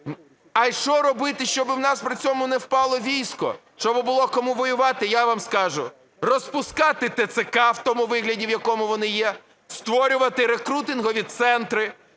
А що робити, щоб у нас при цьому не впало військо, щоб було кому воювати? Я вам скажу: розпускати ТЦК в тому вигляді, в якому вони є, створювати рекрутингові центри,